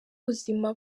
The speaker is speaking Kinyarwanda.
ubuzima